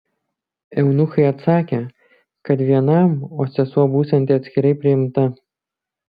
eunuchai atsakė kad vienam o sesuo būsianti atskirai priimta